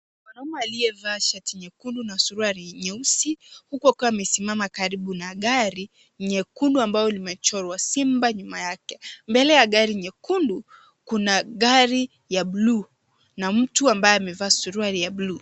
Mwanaume aliyevaa shati nyekundu na suruali nyeusi huku akiwa amesimama karibu na gari nyekundu ambayo imechorwa simba nyuma yake. Mbele ya gari nyekundu, kuna gari ya bluu na mtu ambaye amevaa suruali ya bluu.